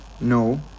No